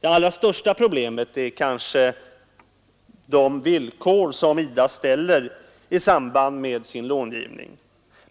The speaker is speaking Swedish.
Det allra största problemet är kanske de villkor som IDA ställer i samband med sin långivning.